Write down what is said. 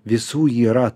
visų yra